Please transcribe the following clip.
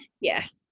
Yes